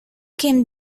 came